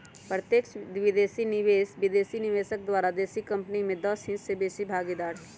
प्रत्यक्ष विदेशी निवेश विदेशी निवेशक द्वारा देशी कंपनी में दस हिस्स से बेशी भागीदार हइ